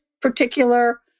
particular